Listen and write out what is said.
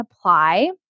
apply